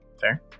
Fair